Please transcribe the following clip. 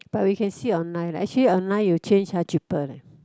but we can see online leh actually online you change ah cheaper leh